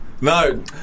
No